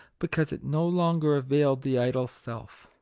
because it no longer availed the idol self.